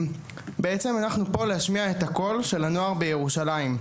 אנחנו פה כדי להשמיע את הקול של הנוער בירושלים.